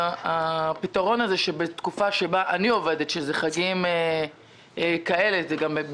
הפתרון הזה שבתקופה שבה אני עובדת כמו חנוכה,